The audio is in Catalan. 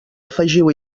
afegiu